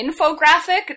infographic